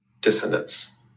dissonance